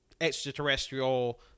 extraterrestrial